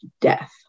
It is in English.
death